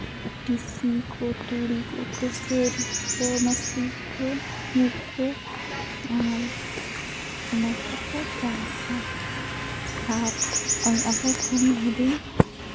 ᱴᱤᱥᱤ ᱠᱚ ᱛᱩᱲᱤ ᱠᱚᱠᱚ ᱫᱟᱹᱞ ᱠᱚ ᱢᱟᱹᱥᱨᱤ ᱠᱚ ᱢᱩᱠ ᱠᱚ ᱟᱨ ᱚᱱᱟ ᱠᱚᱠᱚ ᱪᱟᱥᱟ ᱟᱨ ᱟᱵᱚ ᱠᱷᱚᱱ ᱟᱹᱰᱤ